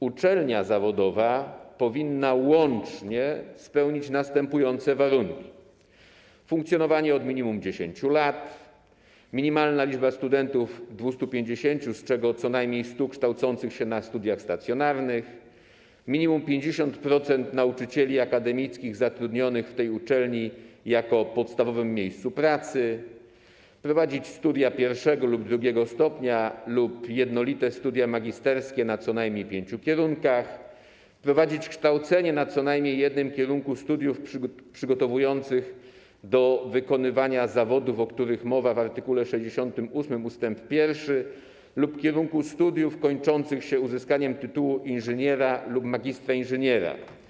Uczelnia zawodowa powinna łącznie spełnić następujące warunki: funkcjonować od minimum 10 lat, posiadać minimalną liczbę studentów - 250, z czego co najmniej 100 kształcących się na studiach stacjonarnych, minimum 50% nauczycieli akademickich powinno być zatrudnionych w tej uczelni jako w podstawowym miejscu pracy, prowadzić studia pierwszego lub drugiego stopnia lub jednolite studia magisterskie na co najmniej pięciu kierunkach oraz prowadzić kształcenie na co najmniej jednym kierunku studiów przygotowujących do wykonywania zawodów, o których mowa w art. 68 ust. 1, lub kierunku studiów kończących się uzyskaniem tytułu inżyniera lub magistra inżyniera.